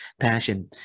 passion